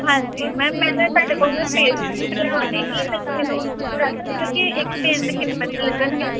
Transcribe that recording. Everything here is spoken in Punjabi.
ਹਾਂਜੀ ਮੈਮ ਮੈਂ ਨਾ ਤੁਹਾਡੇ ਕੋਲੋਂ ਨਾ ਪੇਜ ਪ੍ਰਿੰਟ ਕਰਵਾਉਣੇ ਸੀ ਅਤੇ ਮੈਨੂੰ ਤੁਸੀਂ ਦੱਸ ਸਕਦੇ ਹੋ ਕਿ ਇੱਕ ਪੇਜ ਦੇ ਕਿੰਨੇ ਪੈਸੇ ਲੱਗਣਗੇ